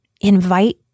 invite